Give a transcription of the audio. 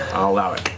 i'll allow it.